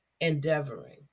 endeavoring